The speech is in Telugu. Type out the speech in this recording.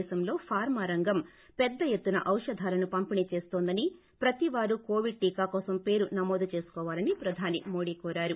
దేశంలో ఫార్మా రంగం పెద్ద ఎత్తున ఔషధాలను పంపిణి చేస్తోందనిప్రతివారూ కొవిడ్ టీకా కోసం పేరు నమోదు చేసుకోవాలని ప్రధాని మోదీ కోరారు